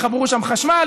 יחברו שם חשמל,